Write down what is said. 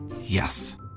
Yes